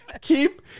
Keep